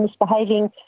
misbehaving